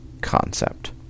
concept